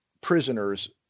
prisoners